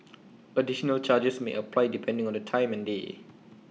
additional charges may apply depending on the time and day